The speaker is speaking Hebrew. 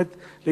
חלילה,